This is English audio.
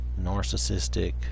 narcissistic